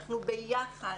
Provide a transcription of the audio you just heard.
אנחנו ביחד.